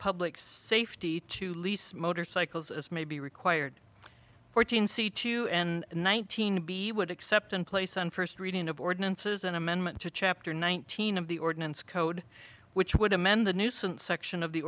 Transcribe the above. public safety to lease motorcycles as may be required fourteen c two and one thousand b would accept and place on first reading of ordinances an amendment to chapter nineteen of the ordinance code which would amend the nuisance section of the